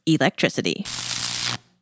electricity